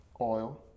Oil